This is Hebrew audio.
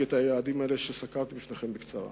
את היעדים האלה שסקרתי בפניכם בקצרה.